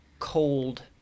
cold